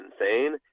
insane